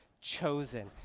chosen